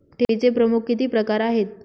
ठेवीचे प्रमुख किती प्रकार आहेत?